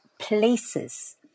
places